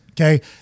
Okay